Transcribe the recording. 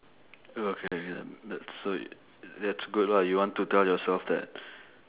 okay then that's it that's good lah you want to tell yourself that